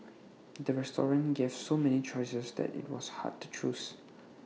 the restaurant gave so many choices that IT was hard to choose